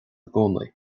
gcónaí